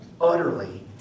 utterly